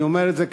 אני אומר את זה,